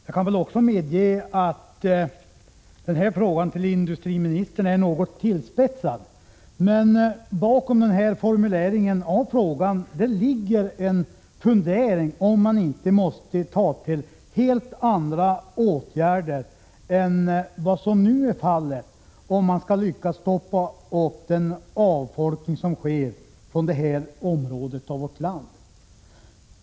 Jag kan också medge att den här frågan till industriministern är något tillspetsad, men bakom formuleringen av frågan ligger en fundering, om man inte måste ta till helt andra åtgärder än vad som nu är fallet om man skall lyckas stoppa upp den avfolkning som sker av det här området av vårt land.